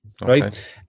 Right